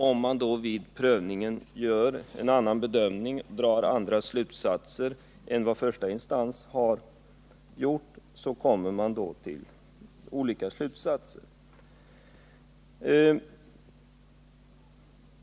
Om man vid denna prövning gör en annan bedömning, drar andra slutsatser, än första instans gjort kommer man till olika slutsatser.